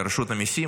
לרשות המיסים,